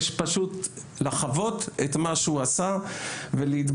יש פשוט לחוות את מה שהוא עשה ולהתברך.